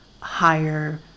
higher